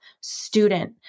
student